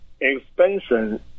expansion